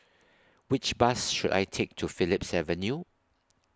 Which Bus should I Take to Phillips Avenue